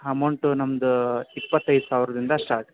amount ನಮ್ಮದು ಇಪ್ಪತೈದು ಸಾವಿರದಿಂದ ಸ್ಟಾರ್ಟ್